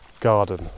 garden